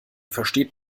versteht